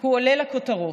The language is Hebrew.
הוא עולה לכותרות,